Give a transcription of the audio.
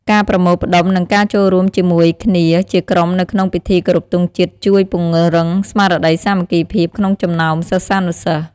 ការប្រមូលផ្ដុំ និងការចូលរួមជាមួយគ្នាជាក្រុមនៅក្នុងពិធីគោរពទង់ជាតិជួយ ពង្រឹងស្មារតីសាមគ្គីភាព ក្នុងចំណោមសិស្សានុសិស្ស។